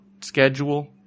schedule